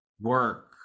work